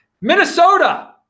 Minnesota